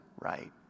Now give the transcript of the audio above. Right